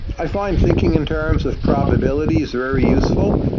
i find thinking in terms of probability is very useful.